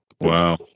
Wow